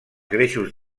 greixos